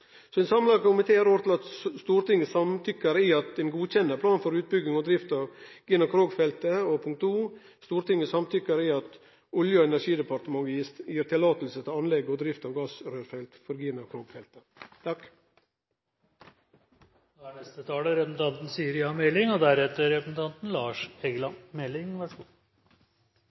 til at Stortinget gjer følgjande vedtak: «I Stortinget samtykker i at Olje- og energidepartementet godkjenner plan for utbygging og drift av Gina Krog-feltet. II Stortinget samtykker i at Olje- og energidepartementet gir tillatelse til anlegg og drift av gassrørledninger for Gina Krog-feltet.» For Høyre er det viktig at nye felt utvikles og